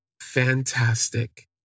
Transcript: fantastic